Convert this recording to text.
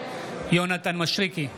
יונתן מישרקי,